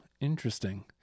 Interesting